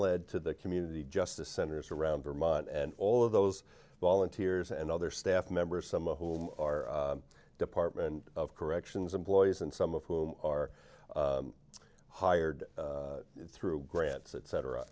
lead to the community justice centers around vermont and all of those volunteers and other staff members some of whom are department of corrections employees and some of whom are hired through grants et